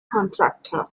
contractor